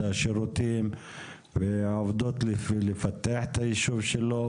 השירותים ועומדות לפתח את היישוב לו.